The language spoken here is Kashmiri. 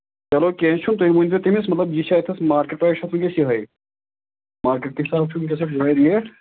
چلو کیٚنہہ چھُنہٕ تُہۍ ؤنۍزیو تٔمِس مطلب یہِ چھِ اَتِتھَس مارکیٹ پرٛایِس چھُ اَتھ وٕنۍکٮ۪س یِہوٚے مارکیٹ کہِ حِساب چھُ وٕنۍکٮ۪س یَتھ یِہوٚے ریٹ